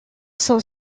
sont